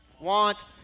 want